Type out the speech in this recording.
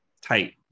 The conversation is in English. tight